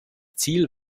ziel